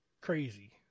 crazy